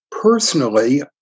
personally